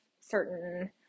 certain